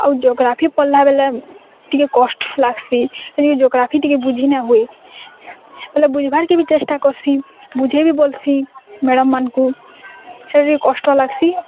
ଆଉ ଜୋଗ୍ରାଫି ପଢ଼୍ଲାବେଲେ ଟିକେ କଷ୍ଟ ଲାଗ୍ସି ଜୋଗ୍ରାଫି ଟିକେ ବୁଝିନାଇଁହୁଏ ବୋଲେ ବୁଝ୍ବାର୍କେ ବି ଚେଷ୍ଟା କର୍ସି ବୁଝେଇ ବି ବୋଲ୍ସି ମ୍ୟାଡ଼ାମ୍ମାନଙ୍କୁ କଷ୍ଟ ଲାଗ୍ସି